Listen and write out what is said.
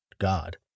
God